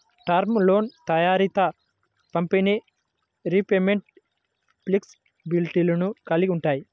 term లోన్లు త్వరిత పంపిణీ, రీపేమెంట్ ఫ్లెక్సిబిలిటీలను కలిగి ఉంటాయి